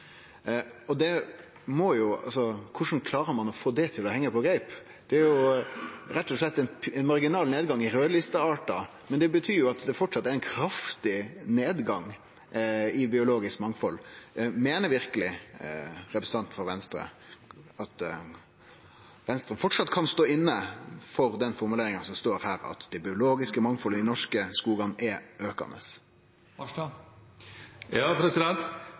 Korleis klarer ein å få det til å henge på greip? Det er rett og slett ein marginal nedgang i raudlista artar, men det inneber jo at det framleis er ein kraftig nedgang i det biologiske mangfaldet. Meiner verkeleg representanten frå Venstre at dei framleis kan stå inne for den formuleringa som står i innstillinga, at «det biologiske mangfoldet i de norske skogene er